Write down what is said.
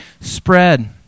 spread